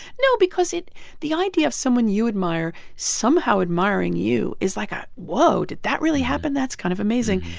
no, because it the idea of someone you admire somehow admiring you is like a whoa, did that really happen? that's kind of amazing.